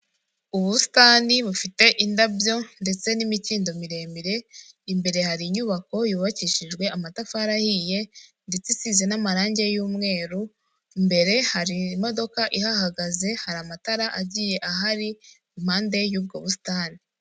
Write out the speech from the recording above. Ubusitani bufite indabyo ndetse n'imikindo miremire, imbere hari inyubako yubakishijwe amatafari ahiye ndetse isize n'amarange y'umweru, imbere hari imodoka ihahagaze, hari amatara agiye ahari impande y'ubwo busitani.